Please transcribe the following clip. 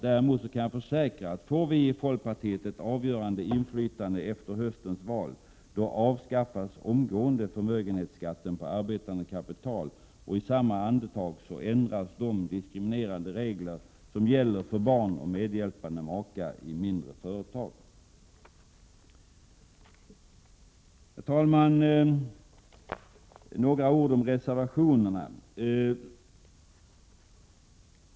Däremot kan jag försäkra, att om folkpartiet får ett avgörande inflytande efter höstens val skall förmögenhetsskatten på arbetande kapital omgående avskaffas, och i samma andetag ändras de diskriminerande regler som gäller för barn och medhjälpande maka i mindre företag. Herr talman! Jag skall säga några ord om reservationerna.